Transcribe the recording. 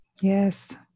Yes